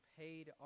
paid